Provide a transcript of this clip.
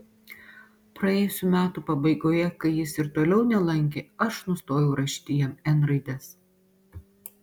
praėjusių metų pabaigoje kai jis ir toliau nelankė aš nustojau rašyti jam n raides